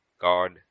God